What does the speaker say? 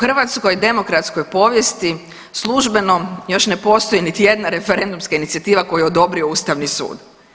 U hrvatskoj demokratskoj povijesti službeno još ne postoji niti jedna referendumska inicijativa koju je odobrio Ustavni sud.